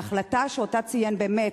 ההחלטה שאותה ציין חנין באמת,